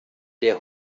der